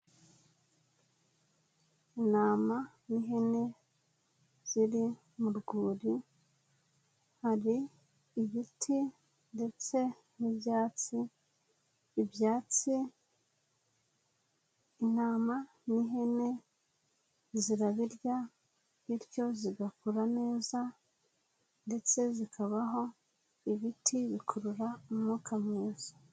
Intama n'ihene ziri mu rwuri, hari ibiti ndetse n'ibyatsi, ibyatsi, intama n'ihene zirabirya, bityo zigakura neza ndetse zikabaho, ibiti bikurura umwuka mwiza.